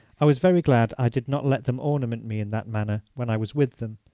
i was very glad i did not let them ornament me in that manner when i was with them.